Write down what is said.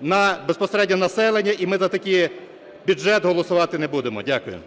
на безпосередньо населення. І ми за такий бюджет голосувати не будемо. Дякую.